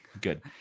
good